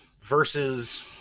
versus